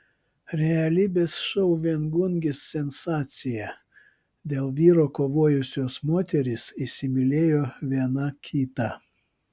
realybės šou viengungis sensacija dėl vyro kovojusios moterys įsimylėjo viena kitą